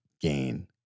gain